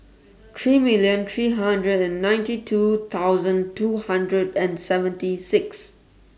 three million three hundred and ninety two thousand two hundred and seventy six